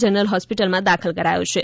general હોસ્પિટલમાં દાખલ કરાયો છે